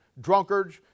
drunkards